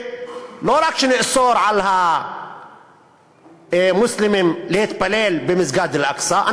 לא רק שנאסור על המוסלמים להתפלל במסגד אל-אקצא,